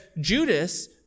Judas